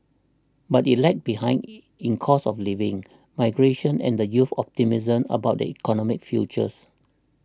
but it lagged behind in cost of living migration and the youth's optimism about their economic future